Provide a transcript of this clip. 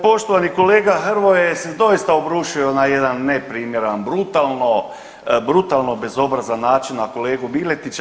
Poštovani kolega Hrvoje se doista obrušio na jedan neprimjeran brutalno bezobrazan način na kolegu Miletića.